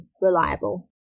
reliable